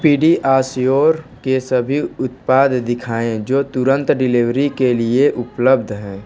PediaSure के सभी उत्पाद दिखाएँ जो तुरंत डिलीवरी के लिए उपलब्ध हैं